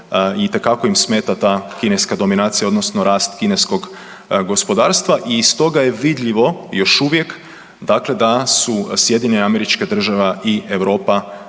itekako im smeta ta kineska dominacija odnosno rast kineskog gospodarstva i iz toga je vidljivo još uvijek da su SAD i Europa